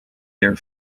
their